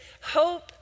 hope